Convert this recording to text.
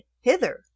Hither